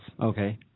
Okay